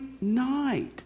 night